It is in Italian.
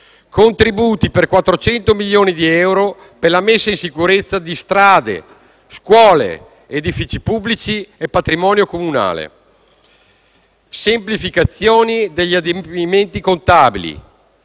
contributi per 400 milioni di euro per la messa in sicurezza di strade, scuole, edifici pubblici e patrimonio comunale; semplificazione degli adempimenti contabili.